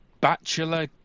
Bachelor